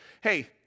hey